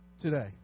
today